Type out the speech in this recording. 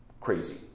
crazy